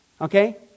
Okay